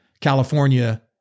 California